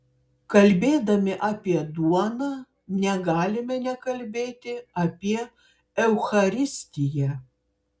kalbėdami apie duoną negalime nekalbėti apie eucharistiją